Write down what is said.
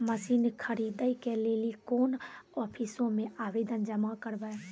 Machine खरीदै के लेली कोन आफिसों मे आवेदन जमा करवै?